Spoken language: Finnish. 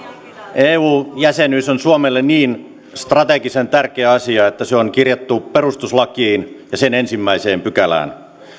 eu jäsenyys on suomelle niin strategisen tärkeä asia että se on kirjattu perustuslakiin ja sen ensimmäiseen pykälään